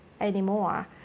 anymore